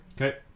Okay